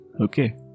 Okay